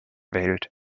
wählt